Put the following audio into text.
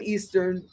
Eastern